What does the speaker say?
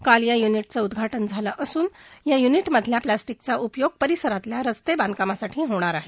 काल या युनिटचं उद्घाटन झालं असून या युनिटमधल्या प्लास्टीकचा उपयोग परिसरातल्या रस्ते बांधकामासाठी होणार आहे